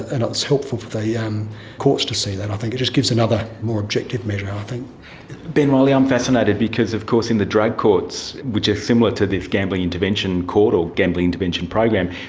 and it's helpful for the yeah um courts to see that. i think it just gives another more objective measure. um ben riley, i'm fascinated, because of course in the drug courts, which are similar to this gambling intervention court or gambling intervention program,